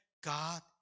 God